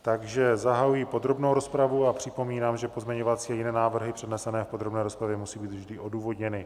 Takže zahajuji podrobnou rozpravu a připomínám, že pozměňovací a jiné návrhy přednesené v podrobné rozpravě musí být vždy odůvodněny.